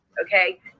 Okay